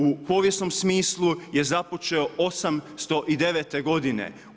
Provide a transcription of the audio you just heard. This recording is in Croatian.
U povijesnom smislu je započeo 809. godine.